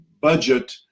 budget